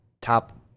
top